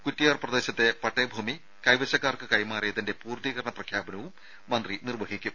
കുറ്റിയാർ പ്രദേശത്തെ പട്ടയഭൂമി കൈവശക്കാർക്ക് കൈമാറിയതിന്റെ പൂർത്തീകരണ പ്രഖ്യാപനവും മന്ത്രി നിർവ്വഹിക്കും